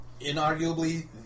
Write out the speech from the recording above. inarguably